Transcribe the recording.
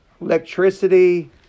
electricity